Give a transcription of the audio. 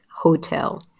hotel